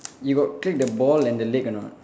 you got click the ball and the leg or not